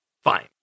fine